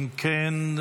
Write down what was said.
אם כן,